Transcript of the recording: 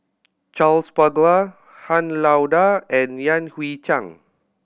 Charles Paglar Han Lao Da and Yan Hui Chang